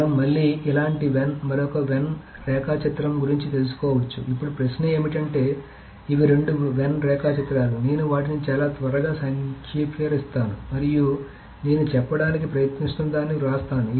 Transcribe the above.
మనం మళ్లీ ఇలాంటి మరొక వెన్ రేఖాచిత్రం గురించి తెలుసుకోవచ్చు ఇప్పుడు ప్రశ్న ఏమిటంటే ఇవి రెండు వెన్ రేఖాచిత్రాలు నేను వాటిని చాలా త్వరగా సంక్షిప్తీకరిస్తాను మరియు నేను చెప్పడానికి ప్రయత్నిస్తున్నదాన్ని వ్రాస్తాను